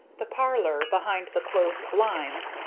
the parlor, behind the closed blinds,